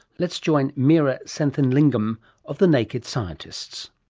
let's join meera senthilingam of the naked scientists.